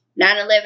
9-11